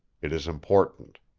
it is important.